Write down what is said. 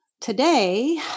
Today